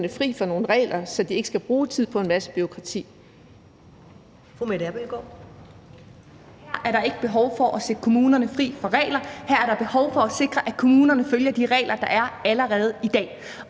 fri af nogle regler, så de ikke skal bruge tid på en masse bureaukrati.